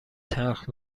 تلخ